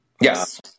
Yes